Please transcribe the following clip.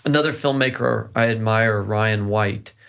another filmmaker i admire, ryan white,